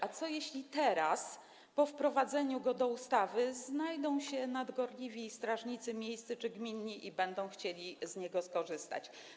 A co jeśli teraz, po wprowadzeniu go do ustawy, znajdą się nadgorliwi strażnicy miejscy czy gminni i będą chcieli z niego skorzystać?